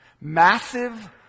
massive